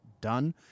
done